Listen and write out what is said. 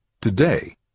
today